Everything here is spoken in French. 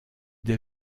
des